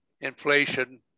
inflation